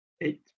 eight